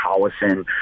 Collison